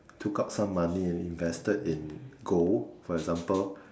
took up some money and invested in gold for example